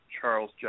Charles